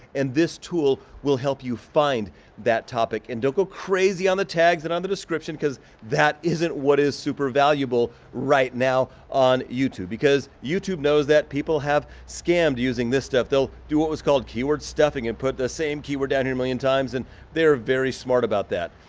and this tool will help you find that topic and don't go crazy on the tags and on the description cause that isn't what is super valuable right now on youtube because youtube knows that people have scammed using this stuff. they'll do what was called keyword stuffing and put the same keyword down here a million times and they're very smart about that.